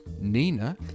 Nina